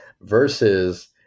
Versus